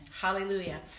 Hallelujah